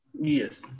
Yes